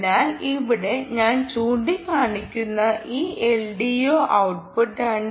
അതിനാൽ ഇവിടെ ഞാൻ ചൂണ്ടിക്കാണിക്കുന്ന ഈ എൽഡിഒ ഔട്ട്പുട്ട് 2